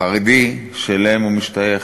החרדי שאליו הוא משתייך,